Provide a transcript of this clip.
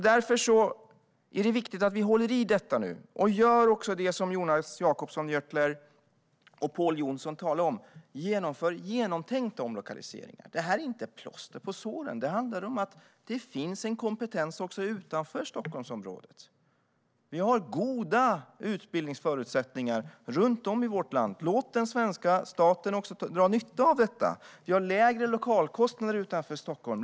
Därför är det viktigt att vi håller i detta nu och också gör det som Jonas Jacobsson Gjörtler och Pål Jonson talar om och genomför genomtänkta omlokaliseringar. Detta är inte plåster på såren. Det handlar om att det finns en kompetens också utanför Stockholmsområdet. Vi har goda utbildningsförutsättningar runt om i vårt land. Låt den svenska staten också dra nytta av detta. Vi har lägre lokalkostnader utanför Stockholm.